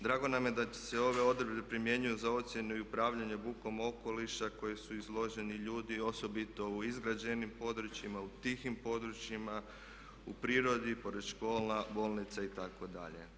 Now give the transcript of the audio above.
Drago nam je da će se ove odredbe primjenjuju za ocjenu i upravljanje bukom okoliša koji su izloženi ljudi osobito u izgrađenim područjima, u tihim područjima, u prirodi pored škola, bolnica itd.